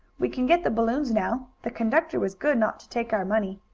we can get the balloons now. the conductor was good not to take our money.